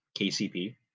KCP